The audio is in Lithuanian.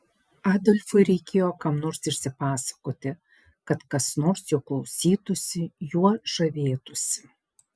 adolfui reikėjo kam nors išsipasakoti kad kas nors jo klausytųsi juo žavėtųsi